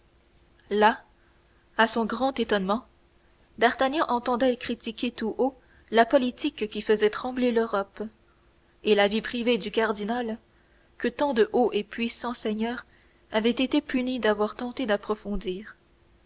là à son grand étonnement d'artagnan entendait critiquer tout haut la politique qui faisait trembler l'europe et la vie privée du cardinal que tant de hauts et puissants seigneurs avaient été punis d'avoir tenté d'approfondir